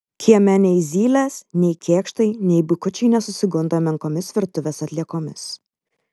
kieme nei zylės nei kėkštai nei bukučiai nesusigundo menkomis virtuvės atliekomis